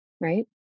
right